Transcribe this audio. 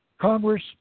Congress